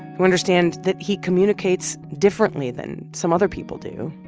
who understand that he communicates differently than some other people do.